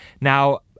Now